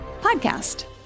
podcast